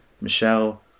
Michelle